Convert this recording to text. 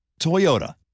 Toyota